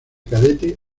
cadete